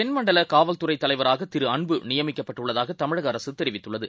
தென்மண்டலகாவல்துறைதலைவராகதிருஅன்புநிய மிக்கப்பட்டுள்ளதாகதமிழகஅரசுதெரிவித்துள்ளது